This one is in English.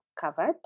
covered